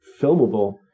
filmable